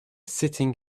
sitting